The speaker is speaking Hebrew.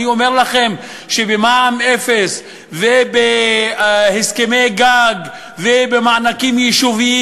אני אומר לכם שבמע"מ אפס ובהסכמי גג ובמענקים יישוביים